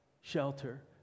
shelter